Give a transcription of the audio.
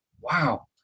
wow